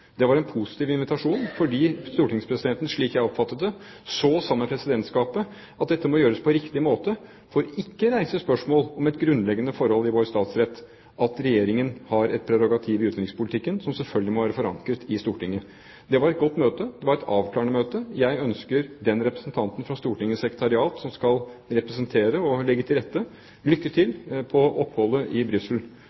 Det var en positiv invitasjon, fordi stortingspresidenten, slik jeg oppfattet det, så, sammen med Presidentskapet, at dette måtte gjøres på riktig måte for ikke å reise spørsmål om et grunnleggende forhold i vår statsrett, at Regjeringen har et prerogativ i utenrikspolitikken som selvfølgelig må være forankret i Stortinget. Det var et godt møte. Det var et avklarende møte. Jeg ønsker den representanten fra Stortingets sekretariat som skal representere og legge til rette, lykke til